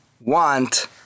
want